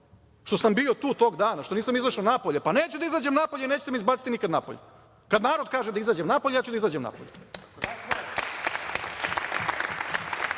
Što sam bio tu tog dana? Što nisam izašao napolje? Pa, neću da izađem napolje i nećete me izbaciti nikada napolje. Kada narod kaže da izađem napolje, ja ću da izađem napolje,